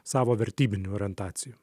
savo vertybinių orientacijų